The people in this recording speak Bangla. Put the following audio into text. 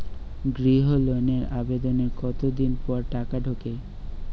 গৃহ লোনের আবেদনের কতদিন পর টাকা ঢোকে?